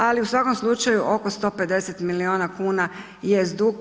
Ali u svakom slučaju oko 150 milijuna kuna jest dug.